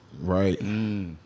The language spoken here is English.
Right